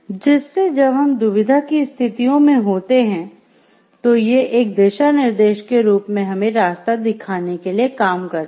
जिससे जब हम दुविधा की स्थितियों में होते हैं तो ये एक दिशानिर्देश के रूप में हमें रास्ता दिखाने के लिए काम करता है